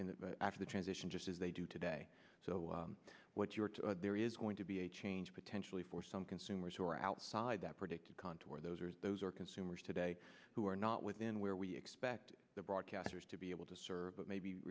e after the transition just as they do today so what you're there is going to be a change potentially for some consumers who are outside that predicted contour those are those are consumers today who are not within where we expect the broadcasters to be able to serve but maybe